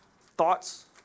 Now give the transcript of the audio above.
thoughts